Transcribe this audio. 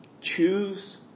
Choose